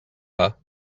her